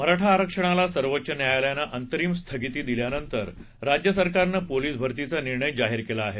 मराठा आरक्षणाला सर्वोच्च न्यायालयानं अंतिरिम स्थगिती दिल्यानंतर राज्य सरकारनं पोलीस भरतीचा निर्णय जाहीर केला आहे